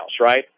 right